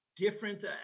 different